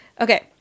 Okay